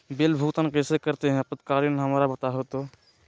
Bill भुगतान कैसे करते हैं आपातकालीन हमरा बताओ तो?